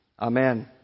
Amen